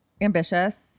ambitious